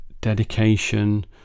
dedication